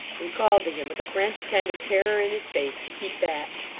and called to him, with a frantic kind of terror in his face, to keep back.